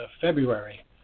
February